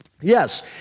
Yes